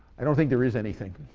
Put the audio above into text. i don't think there is anything.